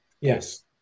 yes